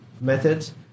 methods